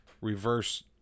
reverse